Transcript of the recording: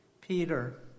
Peter